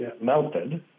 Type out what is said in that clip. melted